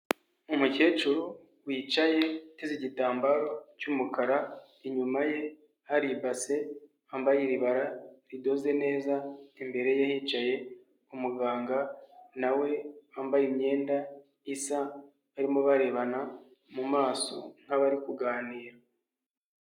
Umukecuru wicaye uteze igitambaro cy'umukara, inyuma ye hari ibase, wambaye iribara ridoze neza, imbere ye hicaye umuganga, na we wambaye imyenda isa, barimo barebana mu maso nk'abari kuganira.